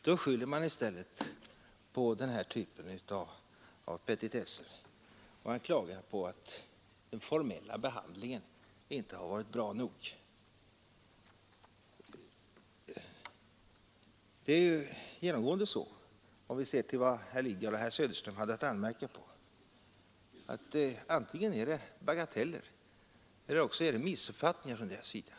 Då skyller man i stället på denna typ av petitesser och klagar på att den formella behandlingen inte har varit bra nog. Det är genomgående så när vi ser på herr Lidgards och herr Söderströms anmärkningar att det antingen är fråga om bagateller eller om missuppfattningar från deras sida.